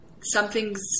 something's